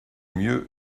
mieux